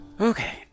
Okay